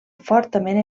fortament